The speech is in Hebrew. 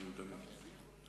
אדוני, תמיד.